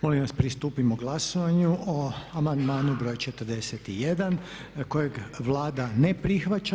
Molim vas pristupimo glasovanju o amandmanu br. 41. kojeg Vlada ne prihvaća.